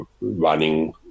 running